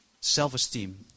Self-esteem